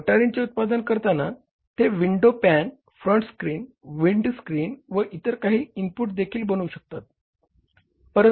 मोटारींचे उत्पादन करताना ते window pane front screen windscreen व इतर काही इनपुट देखील बनवू शकतात